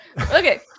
Okay